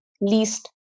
least